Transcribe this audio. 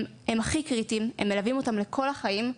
הכי קריטיים ומלווים אותם לכל החיים.